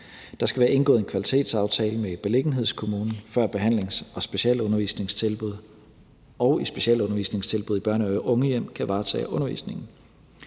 Der skal være indgået en kvalitetsaftale med beliggenhedskommunen, før behandlings- og specialundervisningstilbud og specialundervisningstilbud i børne- og ungehjem kan varetage undervisningen.